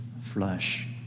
flesh